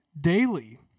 Daily